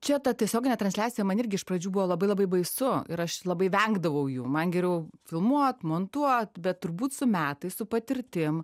čia ta tiesioginė transliacija man irgi iš pradžių buvo labai labai baisu ir aš labai vengdavau jų man geriau filmuot montuot bet turbūt su metais su patirtim